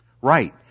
Right